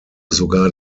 sogar